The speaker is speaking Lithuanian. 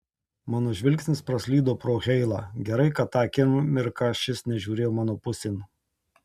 mano žvilgsnis praslydo pro heilą gerai kad tą akimirką šis nežiūrėjo mano pusėn